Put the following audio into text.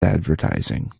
advertising